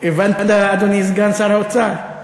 הבנת, אדוני סגן שר האוצר?